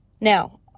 Now